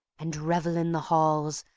and revel in the halls,